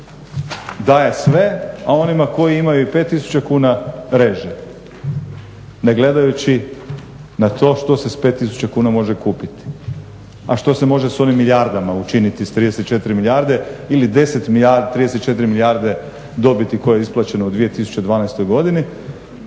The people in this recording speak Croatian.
daje sve a onima koji imaju 5 tisuća kuna reže ne gledajući na to što se sa 5 tisuća kuna može kupiti. A što se može sa onim milijardama učiniti s 34 milijarde ili 34 milijarde dobiti koja je isplaćena u 2012. godini,